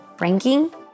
ranking